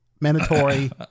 Mandatory